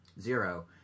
zero